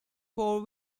four